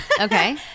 Okay